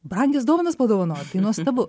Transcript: brangias dovanas padovanot tai nuostabu